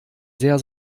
sehr